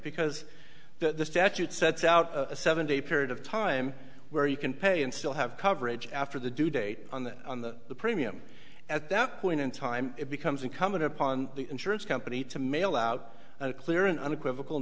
because the statute sets out a seven day period of time where you can pay and still have coverage after the due date on the premium at that point in time it becomes incumbent upon the insurance company to mail out a clear and unequivocal